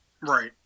Right